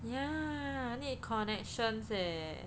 ya need connections eh